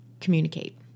communicate